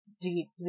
deeply